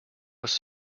was